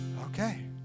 Okay